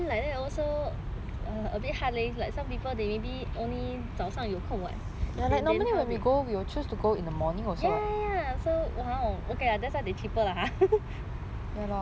like some people they maybe only 早上有空 [what] ya ya ya so !wow! okay lah that's why they cheaper lah